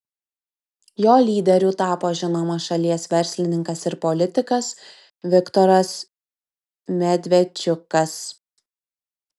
jo lyderiu tapo žinomas šalies verslininkas ir politikas viktoras medvedčiukas